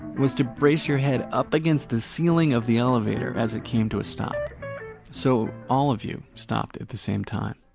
was to brace your head up against the ceiling of the elevator as it came to a stop so all of you stopped at the same time.